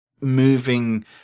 moving